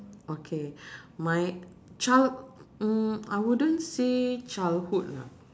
okay my child mm I wouldn't say childhood ah